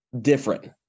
different